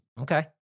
Okay